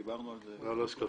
בדיון הזה פיגום זקפים.